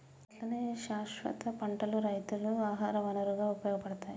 గట్లనే శాస్వత పంటలు రైతుకు ఆహార వనరుగా ఉపయోగపడతాయి